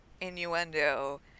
innuendo